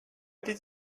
did